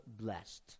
blessed